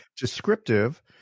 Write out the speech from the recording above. descriptive